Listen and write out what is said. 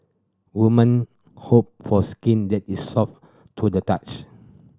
woman hope for skin that is soft to the touch